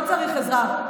לא צריך עזרה,